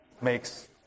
makes